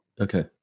Okay